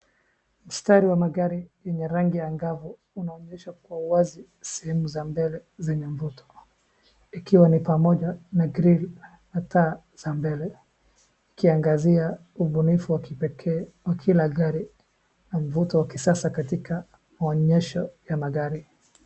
Mstari wa magari yenye rangi angavu unaonyesha kwa wazi sehemu za mbele zenye mvuto ikiwa ni pamoja na grill na taa za mbele ikiangazia ubunifu wa kipekee wa kila gari na mvuto wa kisasa katika maonyesho ya magari.